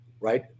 right